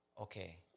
Okay